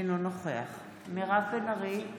אינו נוכח מירב בן ארי,